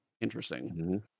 interesting